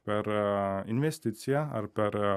per a investiciją ar per